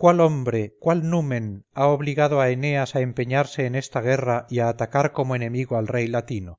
cuál hombre cuál numen ha obligado a eneas a empeñarse en esta guerra y a atacar como enemigo al rey latino